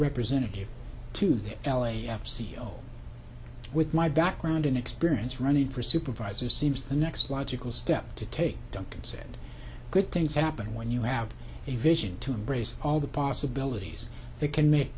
representative to the l a f c e o with my background and experience running for supervisor seems the next logical step to take duncan said good things happen when you have a vision to embrace all the possibilities they can make